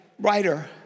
writer